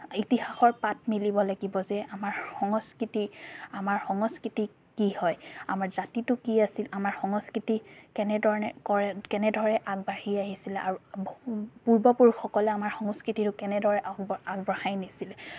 ইতিহাসৰ পাত মেলিব লাগিব যে আমাৰ সংস্কৃতি আমাৰ সংস্কৃতি কি হয় আমাৰ জাতিটো কি আছিল আমাৰ সংস্কৃতি কেনে ধৰণে কৰে কেনেদৰে আগবাঢ়ি আহিছিলে আৰু পূৰ্বপুৰুষসকলে আমাৰ সংস্কৃতিটোক কেনেদৰে আগবঢ় আগবঢ়াই নিছিলে